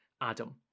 Adam